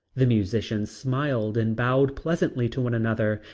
the musicians smiled and bowed pleasantly to one another,